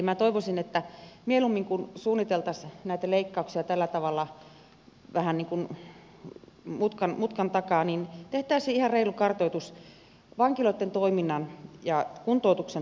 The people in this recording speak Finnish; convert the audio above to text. minä toivoisin että mieluummin kuin suunniteltaisiin näitä leikkauksia tällä tavalla vähän niin kuin mutkan takaa tehtäisiin ihan reilu kartoitus vankiloitten toiminnasta ja kuntoutuksen tuloksellisuudesta